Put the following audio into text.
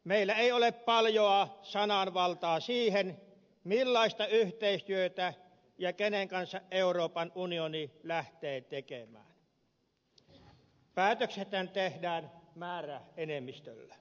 meillä ei ole paljoa sananvaltaa siihen millaista yhteistyötä ja kenen kanssa euroopan unioni lähtee tekemään päätöksethän tehdään määräenemmistöllä